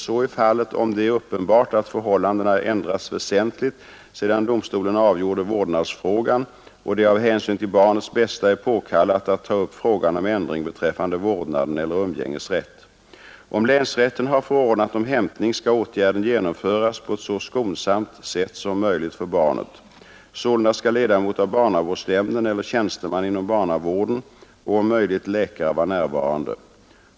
Så är fallet om det är uppenbart att förhållandena ändrats väsentligt sedan domstolen avgjorde vårdnadsfrågan och det av hänsyn till barnets bästa är påkallat att ta upp frågan om ändring beträffande vårdnaden eller umgängesrätt. Om länsrätten har förordnat om hämtning skall åtgärden genomföras på ett så skonsamt sätt som möjligt för barnet. Sålunda skall ledamot av barnavårdsnämnden eller tjänsteman inom barnavården och, om möjligt, läkare vara närvarande.